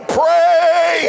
pray